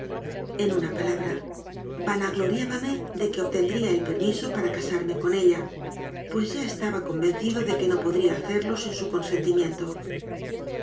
en una pa labra vanagloriábame de que obtendría el permi so para casarme con ella pues ya estaba conven cido de que no podría hacerlo sin su